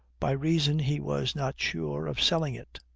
by reason he was not sure of selling it.